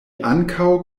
ankaŭ